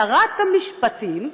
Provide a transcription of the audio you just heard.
שרת המשפטים,